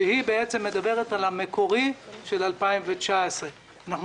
שמדברת על התקציב המקורי של 2019. אנחנו